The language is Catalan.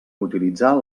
utilitzar